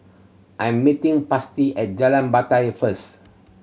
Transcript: I am meeting Patsy at Jalan Batai first